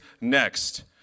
next